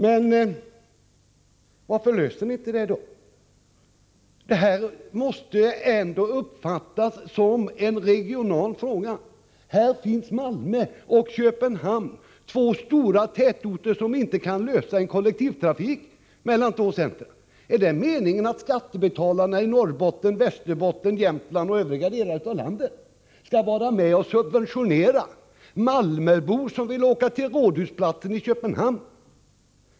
Men varför löser ni då inte det problemet? Detta måste ändå uppfattas som en regional fråga. Här finns Malmö och Köpenhamn, två stora tätorter, som inte kan få till stånd kollektivtrafik mellan två centra. Är det meningen att skattebetalarna i Norrbotten, Västerbotten, Jämtland och övriga delar av landet skall vara med och subventionera malmöbor som vill åka till Rådhusplatsen i Köpenhamn?